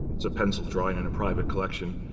it's a pencil drawing in a private collection.